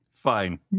fine